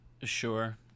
Sure